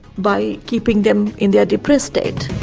by keeping them in their depressed state.